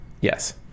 Yes